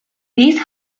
these